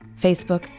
Facebook